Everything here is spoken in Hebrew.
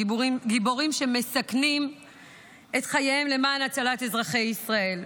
גיבורים שמסכנים את חייהם למען הצלת אזרחי ישראל.